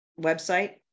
website